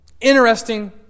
Interesting